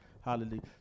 hallelujah